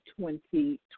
2020